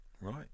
right